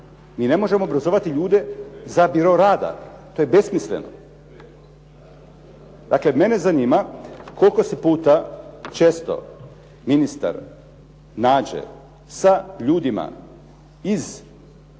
Mi ne možemo obrazovati ljude za biro rada. To je besmisleno. Dakle, mene zanima koliko se puta često ministar nađe sa ljudima iz